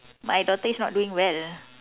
my daughter is not doing well